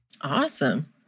Awesome